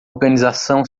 organização